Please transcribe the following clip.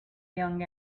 young